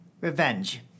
Revenge